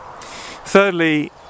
Thirdly